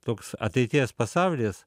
toks ateities pasaulis